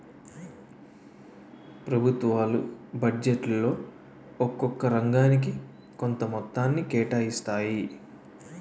ప్రభుత్వాలు బడ్జెట్లో ఒక్కొక్క రంగానికి కొంత మొత్తాన్ని కేటాయిస్తాయి